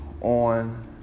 on